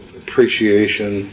appreciation